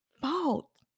fault